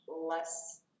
less